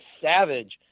savage